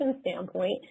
standpoint